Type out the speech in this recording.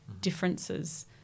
differences